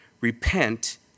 Repent